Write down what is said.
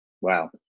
Wow